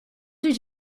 did